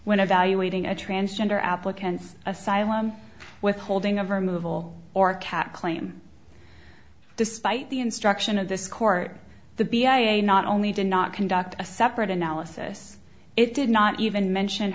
when evaluating a transgender applicants asylum withholding of removal or cat claim despite the instruction of this court the b i a not only did not conduct a separate analysis it did not even mention